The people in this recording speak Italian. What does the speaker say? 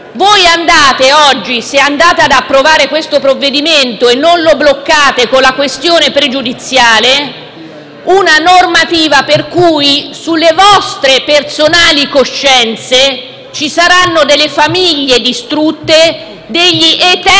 nottata. Se oggi andrete ad approvare questo provvedimento e non lo bloccate con la questione pregiudiziale, approverete una normativa per cui sulle vostre personali coscienze ci saranno famiglie distrutte, eterni